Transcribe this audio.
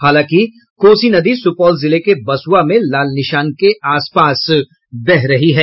हालांकि कोसी नदी सुपौल जिले के बसुआ में लाल निशान के आप पास बह रही है